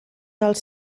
dels